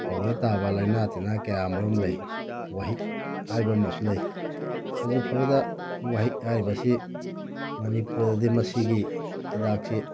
ꯐꯧꯗ ꯇꯥꯕ ꯂꯥꯏꯅꯥ ꯇꯤꯟꯅꯥ ꯀꯌꯥ ꯑꯃꯔꯣꯝ ꯂꯩ ꯋꯥꯍꯤꯛ ꯍꯥꯏꯕ ꯑꯃꯁꯨ ꯂꯩ ꯍꯧꯖꯤꯛ ꯐꯥꯎꯕꯗ ꯋꯥꯍꯤꯛ ꯍꯥꯏꯔꯤꯕꯁꯤ ꯃꯅꯤꯄꯨꯔꯗꯗꯤ ꯃꯁꯤꯒꯤ ꯍꯤꯗꯥꯛꯁꯤ